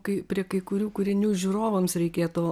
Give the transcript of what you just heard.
kai prie kai kurių kūrinių žiūrovams reikėtų